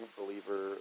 believer